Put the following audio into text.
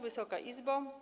Wysoka Izbo!